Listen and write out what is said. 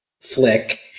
flick